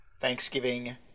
thanksgiving